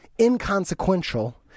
inconsequential